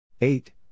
Eight